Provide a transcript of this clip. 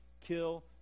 kill